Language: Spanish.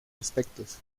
aspectos